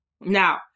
Now